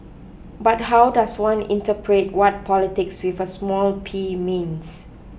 but how does one interpret what politics with a small P means